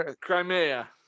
Crimea